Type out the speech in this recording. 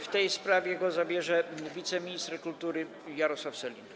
W tej sprawie głos zabierze wiceminister kultury Jarosław Sellin.